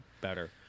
better